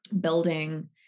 building